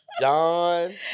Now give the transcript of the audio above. John